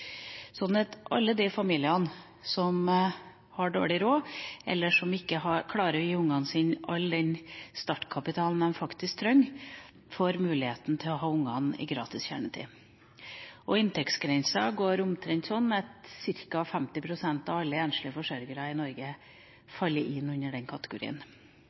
sånn at alle de familiene som har dårlig råd, eller som ikke klarer å gi ungene sine all den startkapitalen de faktisk trenger, får muligheten til å ha barna i barnehagen med gratis kjernetid. Inntektsgrensen går omtrent sånn at ca. 50 pst. av alle enslige forsørgere i Norge faller inn under den kategorien.